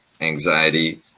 anxiety